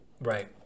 right